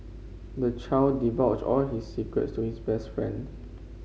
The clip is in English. the child divulged all his secrets to his best friend